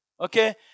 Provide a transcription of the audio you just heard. okay